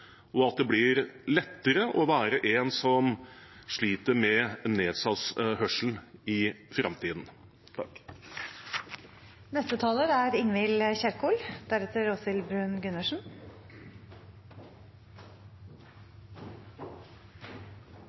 og at det blir lettere å være en som sliter med nedsatt hørsel i framtiden.